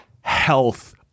health